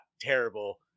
terrible